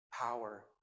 power